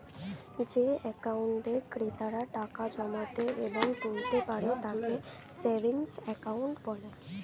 যে অ্যাকাউন্টে ক্রেতারা টাকা জমাতে এবং তুলতে পারে তাকে সেভিংস অ্যাকাউন্ট বলে